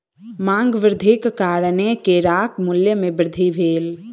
मांग वृद्धिक कारणेँ केराक मूल्य में वृद्धि भेल